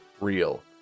real